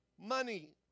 money